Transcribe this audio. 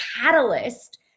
catalyst